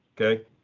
Okay